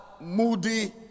moody